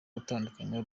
gutandukanya